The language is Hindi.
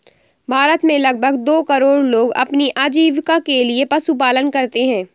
भारत में लगभग दो करोड़ लोग अपनी आजीविका के लिए पशुपालन करते है